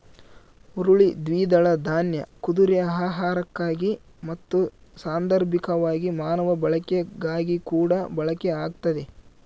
ಹುರುಳಿ ದ್ವಿದಳ ದಾನ್ಯ ಕುದುರೆ ಆಹಾರಕ್ಕಾಗಿ ಮತ್ತು ಸಾಂದರ್ಭಿಕವಾಗಿ ಮಾನವ ಬಳಕೆಗಾಗಿಕೂಡ ಬಳಕೆ ಆಗ್ತತೆ